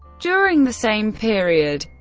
during the same period,